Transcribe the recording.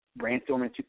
brainstorming